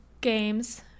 games